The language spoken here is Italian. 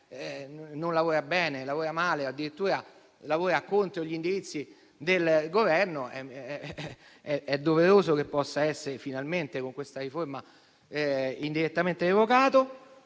non lavora bene, lavora male o addirittura lavora contro gli indirizzi del Governo è doveroso che finalmente con questa riforma possa essere indirettamente evocato).